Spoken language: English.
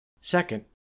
Second